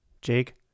Jake